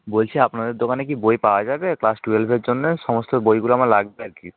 বলছি আপনাদের দোকানে কি বই পাওয়া যাবে ক্লাস টুয়েলভের জন্য সমস্ত বইগুলো আমার লাগবে আর কি